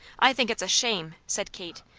i think it's a shame! said kate.